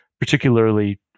Particularly